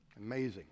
Amazing